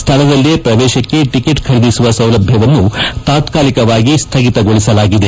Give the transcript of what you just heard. ಸ್ಥಳದಲ್ಲೇ ಪ್ರವೇತಕ್ಕೆ ಟಕೆಟ್ ಖರೀದಿಸುವ ಸೌಲಭ್ಯವನ್ನು ತಾತ್ಕಾಲಿಕವಾಗಿ ಸ್ಥಗಿತಗೊಳಿಸಲಾಗಿದೆ